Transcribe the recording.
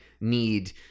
need